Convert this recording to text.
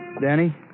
Danny